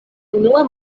unua